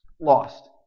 lost